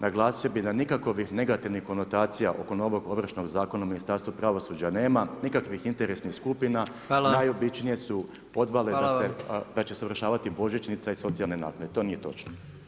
Naglasio bih da nikakvih negativnih konotacija oko novog Ovršnog zakona u Ministarstvu pravosuđa nema, nikakvih interesnih skupina, najobičnije su podvale da će se ovršavati božićnica i socijalne naknade i to nije točno.